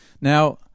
Now